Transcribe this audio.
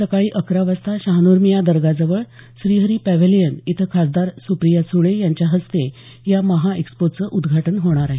सकाळी अकरा वाजता शहानूरमियाँ दर्गाजवळ श्रीहरी पॅव्हीलियन इथं खासदार सुप्रिया सुळे यांच्या हस्ते या महाएक्स्पोचं उद्घाटन होणार आहे